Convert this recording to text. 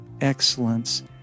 excellence